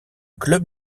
club